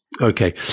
Okay